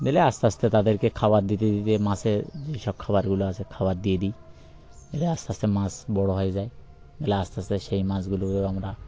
দিলে আস্তে আস্তে তাদেরকে খাবার দিতে দিতে মাসে যেসব খাবারগুলো আসে খাবার দিয়ে দিই এলে আস্তে আস্তে মাছ বড়ো হয়ে যায় গেলে আস্তে আস্তে সেই মাছগুলোও আমরা